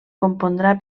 compondrà